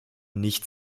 nicht